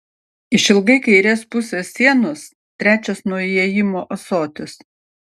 išilgai kairės pusės sienos trečias nuo įėjimo ąsotis